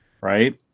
right